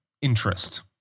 interest